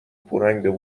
پورنگ